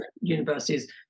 universities